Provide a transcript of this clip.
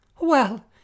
Well